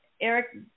Eric